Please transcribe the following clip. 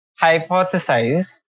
hypothesize